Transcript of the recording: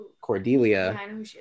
Cordelia